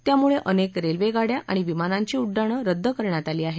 त्यामुळे अनेक रेल्वे गाड्या आणि विमानांची उड्डाण रद्द करण्यात आली आहेत